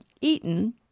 eaten